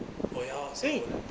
oh ya also eh